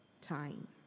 time